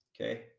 Okay